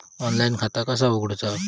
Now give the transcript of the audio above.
Online खाता कसा उगडूचा?